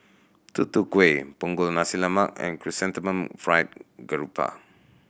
Tutu Kueh Punggol Nasi Lemak and Chrysanthemum Fried Garoupa